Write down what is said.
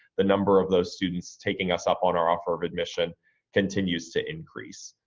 the number of those students taking us up on our offer of admission continues to increase.